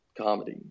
comedy